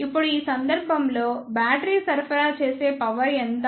ఇప్పుడు ఈ సందర్భంలో బ్యాటరీ సరఫరా చేసే పవర్ ఎంత